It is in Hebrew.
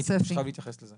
הייתי חייב להתייחס לזה.